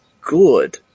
good